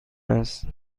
است